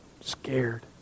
scared